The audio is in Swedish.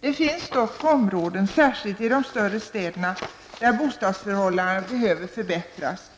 Det finns dock områden särskilt i de större städerna, där bostadsförhållandena behöver förbättras.